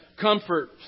comfort